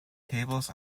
tables